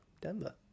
Denver